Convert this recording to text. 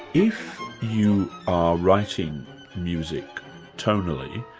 if you are writing music tonally,